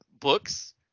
books